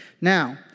Now